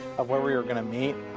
where we were going to meet,